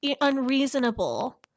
unreasonable